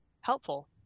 helpful